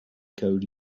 code